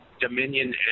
dominion